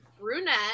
brunette